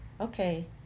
Okay